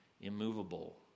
immovable